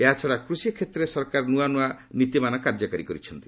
ଏହାଛଡ଼ା କୃଷିକ୍ଷେତ୍ରରେ ସରକାର ନୂଆ ନୂଆ ନୀତିମାନ କାର୍ଯ୍ୟକାରୀ କରିଛନ୍ତି